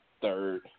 third